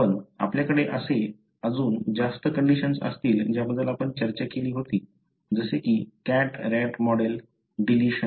पण आपल्याकडे असे अजून जास्त कंडिशन्स असतील ज्याबद्दल आपण चर्चा केली होती जसे कि cat rat मॉडेल डेलीशन